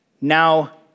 now